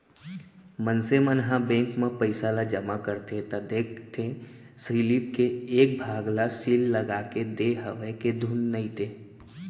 मनसे मन ह बेंक म पइसा ल जमा करथे त देखथे सीलिप के एक भाग ल सील लगाके देय हवय के धुन नइते